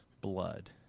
blood